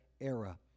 era